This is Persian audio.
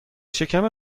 شکم